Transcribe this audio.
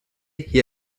hier